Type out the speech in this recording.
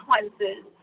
consequences